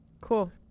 Cool